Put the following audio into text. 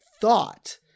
thought